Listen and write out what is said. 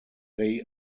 they